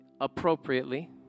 appropriately